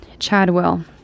Chadwell